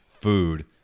food